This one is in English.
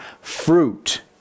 fruit